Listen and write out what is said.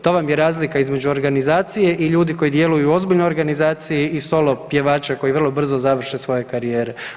To vam je razlika između organizacije i ljudi koji djeluju ozbiljno, organizaciji i solo pjevača koji vrlo brzo završe svoje karijere.